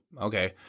Okay